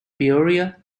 peoria